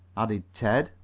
added ted.